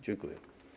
Dziękuję.